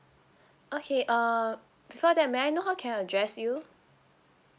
okay uh before that may I know how can I address you